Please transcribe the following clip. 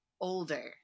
older